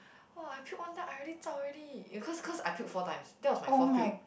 !wah! I puke one time I already zao already you cause cause I puke four times that was my forth puke